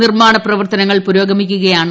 നിർമ്മാണ് പ്രവർത്തനങ്ങൾ പുരോഗമിക്കുകയാണ്